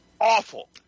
awful